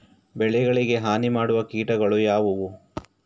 ಬೆಳೆಗಳಿಗೆ ಹಾನಿ ಮಾಡುವ ಕೀಟಗಳು ಯಾವುವು?